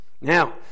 Now